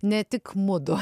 ne tik mudu